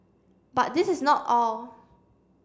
but this is not all